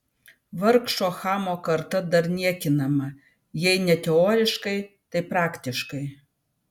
vargšo chamo karta dar niekinama jei ne teoriškai tai praktiškai